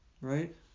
right